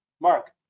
Mark